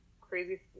crazy